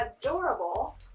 adorable